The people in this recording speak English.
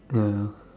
ya